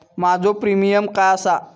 माझो प्रीमियम काय आसा?